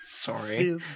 Sorry